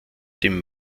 dem